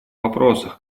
вопросах